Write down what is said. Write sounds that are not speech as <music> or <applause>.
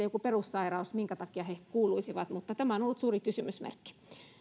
<unintelligible> joku perussairaus minkä takia he kuuluisivat mutta tämä on ollut suuri kysymysmerkki